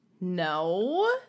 no